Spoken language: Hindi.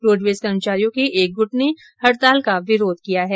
रोड़वेज कर्मचारियों के एक गुट ने हड़ताल का विरोध किया है